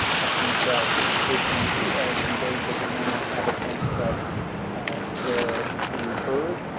i think that patients conveyed that they want to have a sense that they are being heard,